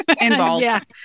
Involved